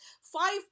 five